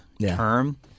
term